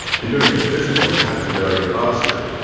to do anything physically, you have to know your posture,